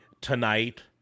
tonight